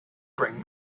bring